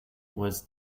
was